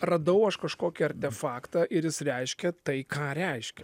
radau aš kažkokį artefaktą ir jis reiškia tai ką reiškia